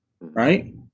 right